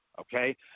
okay